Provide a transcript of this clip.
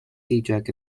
drug